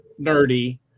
nerdy